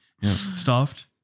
Stuffed